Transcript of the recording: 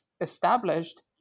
established